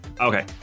okay